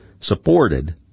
supported